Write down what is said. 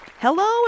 Hello